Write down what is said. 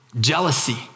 jealousy